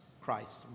Christ